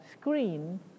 screen